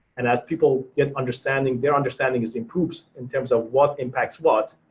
and as people get understanding, their understanding is improved in terms of what impacts what.